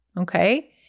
okay